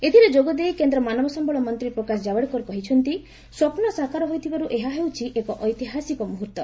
ଏଥିରେ ଯୋଗଦେଇ କେନ୍ଦ୍ର ମାନବ ସମ୍ଭଳ ମନ୍ତ୍ରୀ ପ୍ରକାଶ ଜାବ୍ଡେକର କହିଛନ୍ତି ସ୍ୱପୁ ସାକାର ହୋଇଥିବାରୁ ଏହା ହେଉଛି ଏକ ଐତିହାସିକ ମୁହ୍ରର୍ତ୍ତ